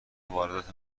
واردات